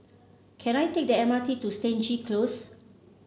can I take the M R T to Stangee Close